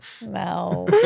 No